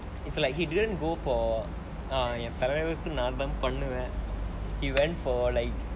it's like he didn't go for err நா தலைவன் நால பண்ணுவேன்:naa thalaivan naala pannuvaen he went for like